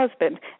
husband